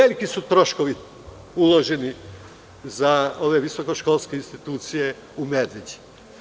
Veliki su troškovi uloženi za ove visokoškolske institucije u Medveđi.